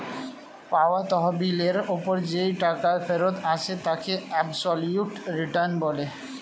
পাওয়া তহবিলের ওপর যেই টাকা ফেরত আসে তাকে অ্যাবসোলিউট রিটার্ন বলে